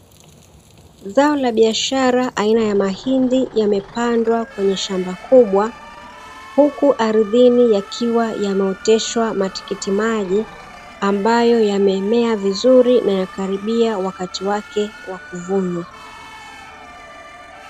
Zao la biashara aina ya mahindi yamepandwa kwenye shamba kubwa, huku ardhini yamepandwa matikiti maji yakisubiria wakati wake kuvunwa.